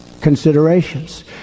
considerations